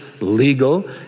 legal